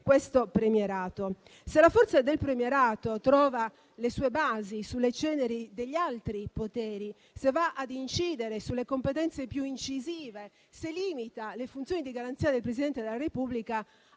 questo premierato. Se la forza del premierato trova le sue basi sulle ceneri degli altri poteri, se va ad incidere sulle competenze più incisive, se limita le funzioni di garanzia del Presidente della Repubblica,